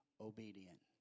obedient